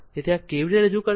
તેથી આ કેવી રીતે રજૂ કરશે